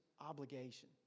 obligation